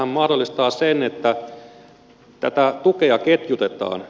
tämähän mahdollistaa sen että tätä tukea ketjutetaan